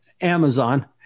Amazon